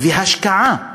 והשקעה,